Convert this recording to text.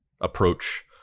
approach